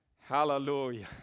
Hallelujah